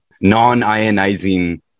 non-ionizing